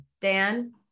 dan